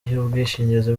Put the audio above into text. y’ubwishingizi